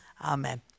Amen